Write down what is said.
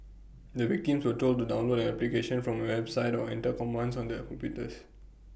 the victims were told to download an application from A website or enter commands on their computers